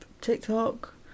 tiktok